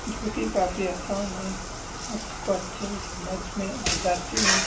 جوکہ کافی آسان ہے اس کو اچھے سے سمجھ میں آ جاتی ہے